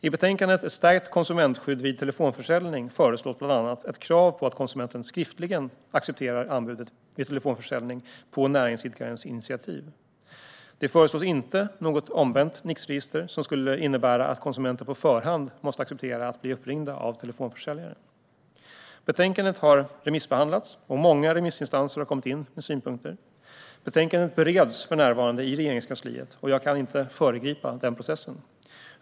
I betänkandet Ett stärkt konsumentskydd vid telefonförsäljning föreslås bland annat ett krav på att konsumenten skriftligen ska acceptera anbudet vid telefonförsäljning på näringsidkarens initiativ. Det föreslås inte något omvänt Nixregister, som skulle innebära att konsumenter på förhand måste acceptera att bli uppringda av telefonförsäljare. Betänkandet har remissbehandlats, och många remissinstanser har kommit in med synpunkter. Betänkandet bereds för närvarande i Regeringskansliet, och jag kan inte föregripa den processen.